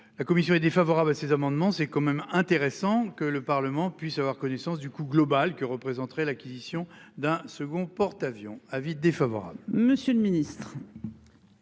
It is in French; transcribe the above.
La commission est défavorable à ces amendements, c'est quand même intéressant que le Parlement puisse avoir connaissance du coût global que représenterait l'acquisition d'un second porte-avions avis défavorable.